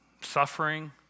suffering